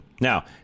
Now